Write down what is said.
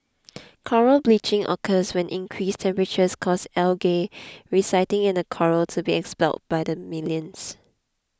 coral bleaching occurs when increased temperatures cause algae residing in the coral to be expelled by the millions